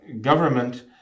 government